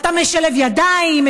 אתה משלב ידיים,